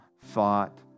thought